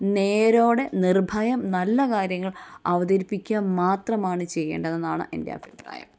നേരോടെ നിർഭയം നല്ല കാര്യങ്ങൾ അവതരിപ്പിക്കുക മാത്രമാണ് ചെയ്യേണ്ടതെന്നാണ് എൻ്റെ അഭിപ്രായം